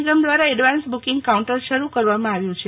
નિગમ દ્વારા advance booking counter શરુ કરવામાં આવ્યું છે